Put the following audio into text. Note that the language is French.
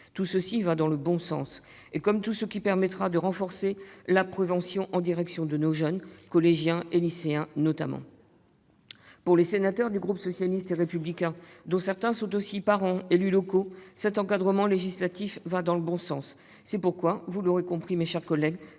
vont dans le bon sens, comme tout ce qui permettra de renforcer la prévention en direction de nos jeunes, collégiens et lycéens, notamment. Pour les sénateurs du groupe socialiste et républicain, dont certains sont aussi des parents, des élus locaux, cet encadrement législatif va dans le bon sens. C'est pourquoi, vous l'aurez compris, mes chers collègues,